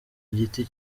igiti